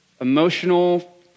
emotional